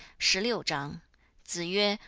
shi liu zhang zi yue,